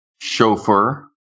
chauffeur